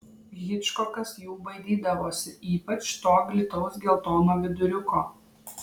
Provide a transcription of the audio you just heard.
hičkokas jų baidydavosi ypač to glitaus geltono viduriuko